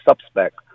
suspect